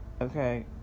Okay